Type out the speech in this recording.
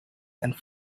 and